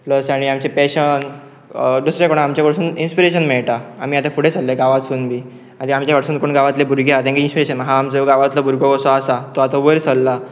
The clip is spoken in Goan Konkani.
प्लस आनी आमचें पॅशन दुसरे कोण आमचे कडसून इंस्पिरेशन मेळटा आमी आतां फुडें सल्ले गांवांतून बी आनी आमचे कडसून कोण गांवले भुरगे आसा तांकां इंस्पिरेशन आसा आमचो गांवातलो भुरगो असो आसा तो आतां वयर सरला